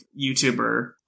YouTuber